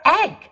egg